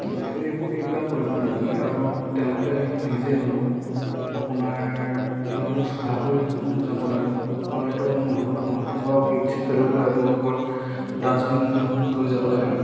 এইবোৰ এইবিলাক কৰিব নালাগে আৰু তেওঁলোকে নিজে হ'লেও আপোনাৰ এইবিলাক চাফা কৰি যাব লাগে হয়তো নহ'লে নহয়তো বা পিক চিক পেলাবলৈ আপোনালোকৰ ডাষ্টবিন লৈ যাব লাগে